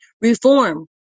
reform